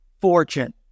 fortune